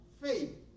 faith